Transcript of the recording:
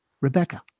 Rebecca